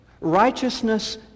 righteousness